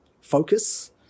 Focus